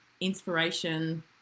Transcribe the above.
inspiration